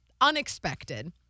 unexpected